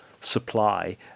supply